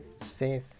safe